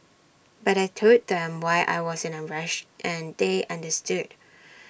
but I Told them why I was in A rush and they understood